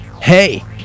hey